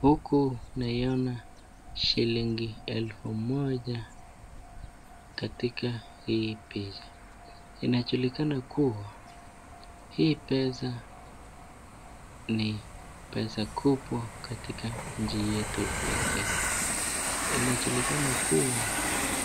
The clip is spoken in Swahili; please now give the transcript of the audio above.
Huku naiona shilingi elfu moja katika hii picha inajulikana kuwa hii pesa ni pesa kubwa katika nchi yetu ya Kenya. Inajulikana kuwa